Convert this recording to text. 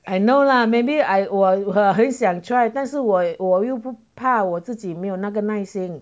I know lah maybe I 我我很想 try 但是我我又不怕我自己没有那个耐心